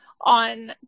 on